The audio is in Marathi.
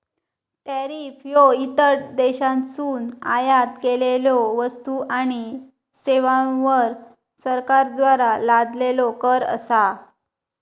टॅरिफ ह्यो इतर देशांतसून आयात केलेल्यो वस्तू आणि सेवांवर सरकारद्वारा लादलेलो कर असा